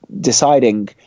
deciding